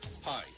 Hi